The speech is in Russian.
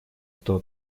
кто